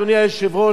אדוני היושב-ראש,